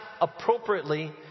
appropriately